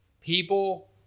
people